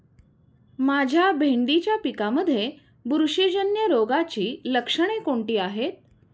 माझ्या भेंडीच्या पिकामध्ये बुरशीजन्य रोगाची लक्षणे कोणती आहेत?